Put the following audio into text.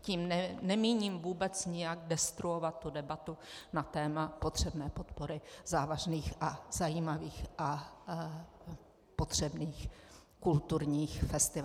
Tím nemíním vůbec nijak destruovat debatu na téma potřebné podpory závažných a zajímavých a potřebných kulturních festivalů.